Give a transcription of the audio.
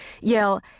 yell